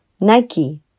Nike